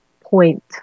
point